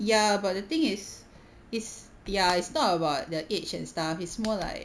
ya but the thing is it's ya it's not about the age and stuff it's more like